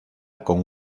con